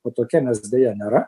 o tokia mes deja nėra